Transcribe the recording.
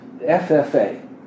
FFA